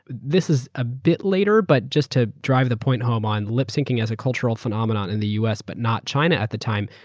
this is a bit later but just to drive the point home on lip-syncing as a cultural phenomenon in the us but not china at the time,